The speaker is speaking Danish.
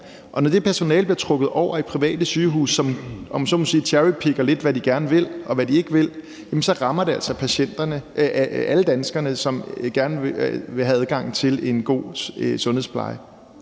og når det personale bliver trukket over i private sygehuse, som, om jeg så må sige, cherrypicker lidt, hvad de gerne vil, og hvad de ikke vil, så rammer det altså patienterne, altså alle danskerne, der gerne vil have adgang til en god sundhedspleje.